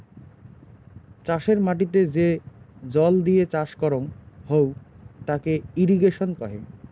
চাষের মাটিতে যে জল দিয়ে চাষ করং হউ তাকে ইরিগেশন কহে